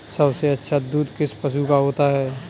सबसे अच्छा दूध किस पशु का होता है?